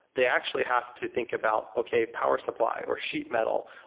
they actually have to think about, okay, power supply, or sheet-metal,